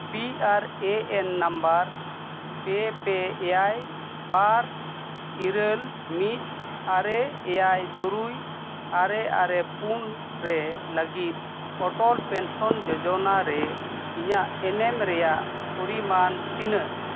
P R A N number ᱯᱮ ᱯᱮ ᱮᱭᱟᱭ ᱵᱟᱨ ᱤᱨᱟᱹᱞ ᱢᱤᱫ ᱟᱨᱮ ᱮᱭᱟᱭ ᱛᱩᱨᱩᱭ ᱟᱨᱮ ᱟᱨᱮ ᱯᱩᱱ ᱨᱮ ᱞᱟᱹᱜᱤᱫ ᱚᱴᱚᱞ ᱯᱮᱱᱥᱚᱱ ᱡᱳᱡᱚᱱᱟ ᱨᱮ ᱤᱧᱟᱹᱜ ᱮᱱᱮᱢ ᱨᱮᱭᱟᱜ ᱯᱚᱨᱤᱢᱟᱱ ᱛᱤᱱᱟᱹᱜ